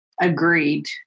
Agreed